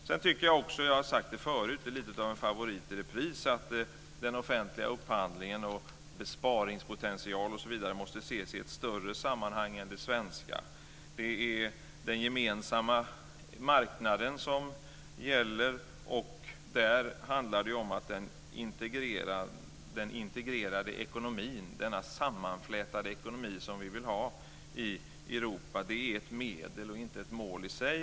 Sedan tycker jag också som jag har sagt förut, det är något av en favorit i repris, att den offentliga upphandlingen och besparingspotentialen osv. måste ses i ett större sammanhang än det svenska. Det är den gemensamma marknaden som gäller, och där handlar det om att den integrerade ekonomin, den sammanflätade ekonomi som vi vill ha i Europa, är ett medel och inte ett mål i sig.